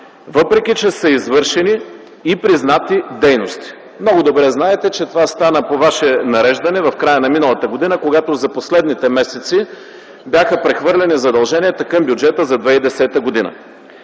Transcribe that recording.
въпреки че са извършени и признати дейности. Много добре знаете, че това стана по Ваше нареждане в края на миналата година, когато за последните месеци бяха прехвърлени задълженията към бюджета за 2010 г.